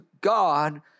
God